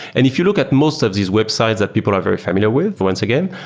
and if you look at most of these websites that people are very familiar with, once again,